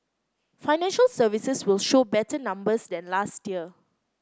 financial services will show better numbers than last year